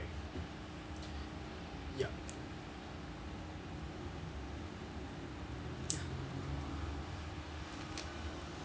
mm yup